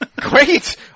Great